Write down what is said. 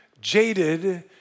jaded